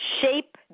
shape